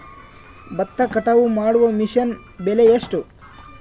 ಭತ್ತ ಕಟಾವು ಮಾಡುವ ಮಿಷನ್ ಬೆಲೆ ಎಷ್ಟು?